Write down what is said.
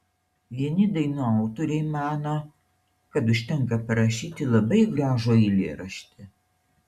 vieni dainų autoriai mano kad užtenka parašyti labai gražų eilėraštį